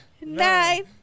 nine